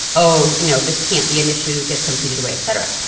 oh, you know, this can't be an issue, it gets competed away, et cetera.